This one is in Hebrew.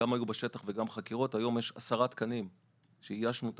גם היו בשטח וגם עשו חקירות.